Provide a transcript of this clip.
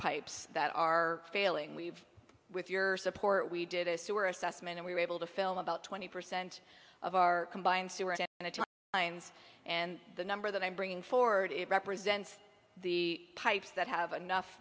pipes that are failing we've with your support we did a sewer assessment and we were able to film about twenty percent of our combined sewer lines and the number that i'm bringing forward it represents the pipes that have enough